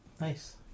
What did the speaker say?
Nice